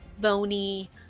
bony